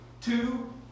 Two